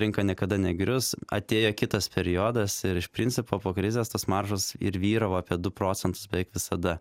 rinka niekada negrius atėjo kitas periodas ir iš principo po krizės tos maržos ir vyravo apie du procentus beveik visada